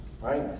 right